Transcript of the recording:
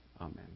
Amen